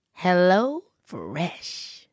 HelloFresh